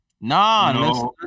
Nah